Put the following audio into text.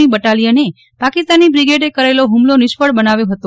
ની બટાલીયને પાકિસ્તાની બ્રિગેડે કરેલો હુમલો નિષ્ફળ બનાવ્યો હતો